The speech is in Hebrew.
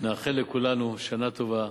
נאחל לכולנו שנה טובה.